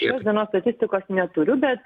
šios dienos statistikos neturiu bet